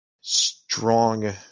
strong